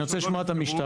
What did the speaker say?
אני רוצה לשמוע את המשטרה.